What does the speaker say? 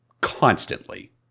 constantly